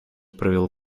провел